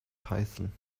python